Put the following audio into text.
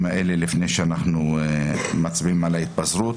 האלה לפני שאנחנו מצביעים על ההתפזרות.